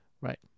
Right